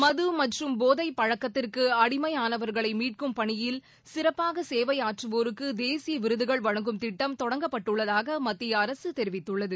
மது மற்றும் போதை பழக்கத்திற்கு அடிமையானவர்களை மீட்கும் பணியில் சிறப்பாக சேவையாற்றுவோருக்கு தேசிய விருதுகள் வழங்கும் திட்டம் தொடங்கப்பட்டுள்ளதாக மத்திய அரசு தெரிவித்துள்ளது